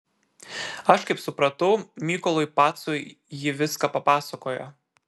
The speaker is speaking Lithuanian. aš kaip supratau mykolui pacui ji viską papasakojo